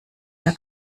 der